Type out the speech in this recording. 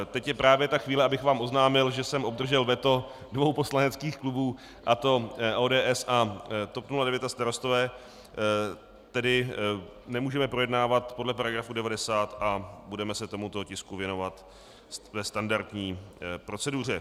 Teď je právě ta chvíle, abych vám oznámil, že jsem obdržel veto dvou poslaneckých klubů, a to ODS a TOP 09 a Starostové, tedy nemůžeme projednávat podle § 90 a budeme se tomuto tisku věnovat ve standardní proceduře.